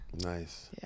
Nice